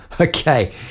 Okay